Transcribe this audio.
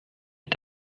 est